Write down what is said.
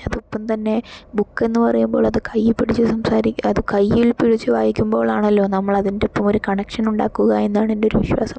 അതോടൊപ്പം തന്നെ ബുക്കെന്ന് പറയുമ്പോൾ അത് കയ്യിൽ പിടിച്ച് സംസാരിക്കുന്ന അത് കയ്യിൽ പിടിച്ച് വായിക്കുമ്പോഴാണല്ലോ നമ്മൾ അതിൻ്റെയൊപ്പം ഒരു കണക്ഷനുണ്ടാക്കുക എന്നാണ് എൻ്റെ ഒരു വിശ്വാസം